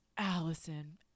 Allison